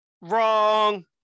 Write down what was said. Wrong